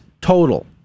total